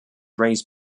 raised